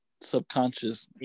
subconscious